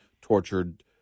tortured